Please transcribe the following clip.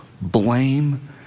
blame